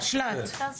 המשל"ט, כפי שקראת לו?